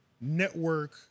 network